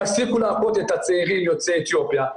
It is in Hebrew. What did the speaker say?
יפסיקו להכות את הצעירים יוצאי אתיופיה,